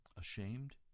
ashamed